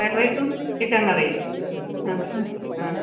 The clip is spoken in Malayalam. ഫ്രൈഡ് റൈസും ചിക്കൻ കറി ആ ആ ആ